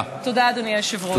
תודה, אדוני היושב-ראש.